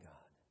God